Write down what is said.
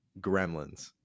Gremlins